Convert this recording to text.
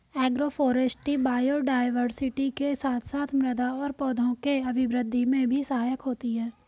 agroforestry biodiversity के साथ साथ मृदा और पौधों के अभिवृद्धि में भी सहायक होती है